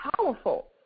powerful